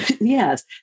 Yes